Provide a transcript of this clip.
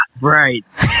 right